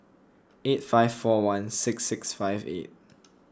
eight five four one six six five eight